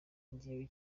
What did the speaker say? njyewe